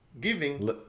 giving